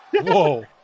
Whoa